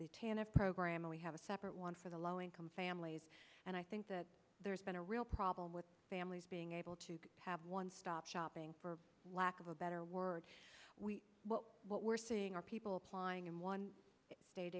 the program we have a separate one for the low income families and i think that there's been a real problem with families being able to have one stop shopping for lack of a better word but what we're seeing are people applying and one state